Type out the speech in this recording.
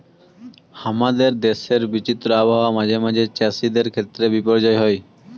হামাদের দেশের বিচিত্র আবহাওয়া মাঝে মাঝে চ্যাসিদের ক্ষেত্রে বিপর্যয় হই